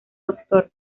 doctor